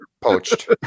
poached